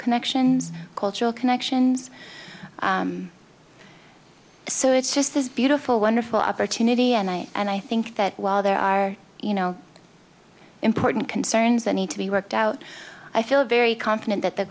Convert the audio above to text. connections cultural connections so it's just this beautiful wonderful opportunity and i and i think that while there are you know important concerns that need to be worked out i feel very confident that the